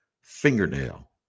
fingernail